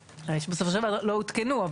ושבסופו של דבר לא עודכנו.